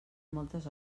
moltes